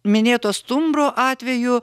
minėto stumbro atveju